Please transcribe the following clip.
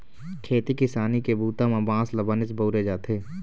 खेती किसानी के बूता म बांस ल बनेच बउरे जाथे